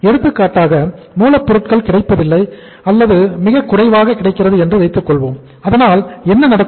எடுத்துக்காட்டாக மூலப்பொருட்கள் கிடைப்பதில்லை அல்லது மிகக் குறைவாக கிடைக்கிறது என்று வைத்துக்கொள்வோம் அதனால் என்ன நடக்கும்